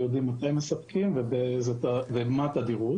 מתי אנחנו מספקים ובאיזו תדירות.